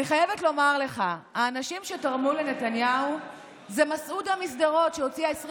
אין פה שחיתות.